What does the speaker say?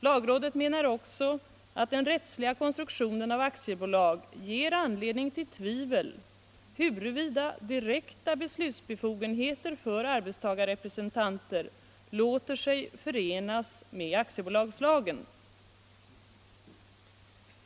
Lagrådet menar också att den rättsliga konstruktionen av aktiebolag ger anledning till tvivel, huruvida direkta beslutsbefogenheter för arbetstagarrepresentanter låter sig förenas med aktiebolagslagen.